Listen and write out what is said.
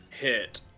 hit